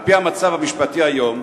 על-פי המצב המשפטי היום,